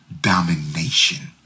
domination